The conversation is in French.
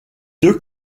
deux